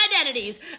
identities